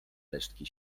resztki